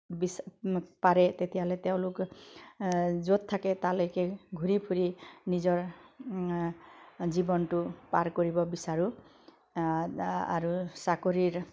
বিচ পাৰে তেতিয়াহ'লে তেওঁলোকে য'ত থাকে তালৈকে ঘূৰি ফূৰি নিজৰ জীৱনটো পাৰ কৰিব বিচাৰোঁ আৰু চাকৰিৰ